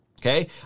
Okay